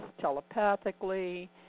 Telepathically